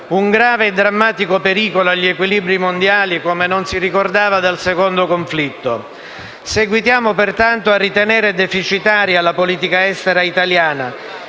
Un grave e drammatico pericolo agli equilibri mondiali, come non si ricordava dal secondo conflitto. Seguitiamo, pertanto, a ritenere deficitaria la politica estera italiana,